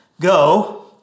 go